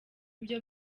ibyo